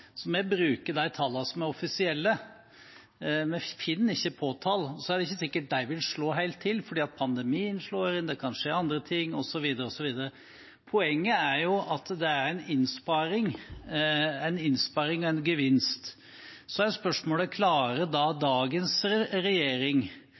som er offisielle. Vi finner ikke på tall. Så er det ikke sikkert de vil slå helt til, fordi pandemien slår inn, det kan skje andre ting, osv. Poenget er at det er en innsparing og en gevinst. Så er spørsmålet: